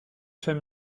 femme